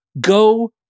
go